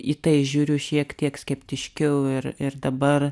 į tai žiūriu šiek tiek skeptiškiau ir ir dabar